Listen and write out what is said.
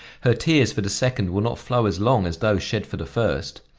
her tears for the second will not flow as long as those shed for the first.